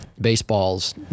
baseballs